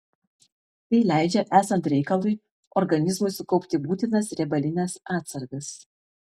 tai leidžia esant reikalui organizmui sukaupti būtinas riebalines atsargas